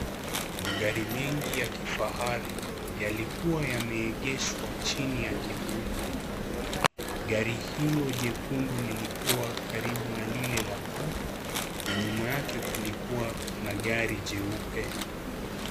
Magari mingi ya kifahari yalikuwa yameegeshwa chini ya kivuli, gari hilo jekundu lilikua karibu na lile la bulu na nyuma yake kulikua na gari jeupe.